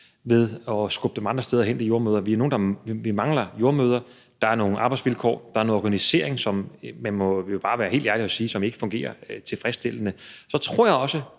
ved at skubbe de jordemødre andre steder hen. Vi mangler jordemødre, og der er nogle arbejdsvilkår, og der er noget organisering, som man bare må være helt ærlig og sige ikke fungerer tilfredsstillende. Så tror jeg også,